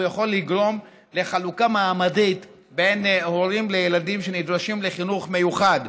הוא יכול לגרום לחלוקה מעמדית בין הורים לילדים שנדרשים לחינוך מיוחד.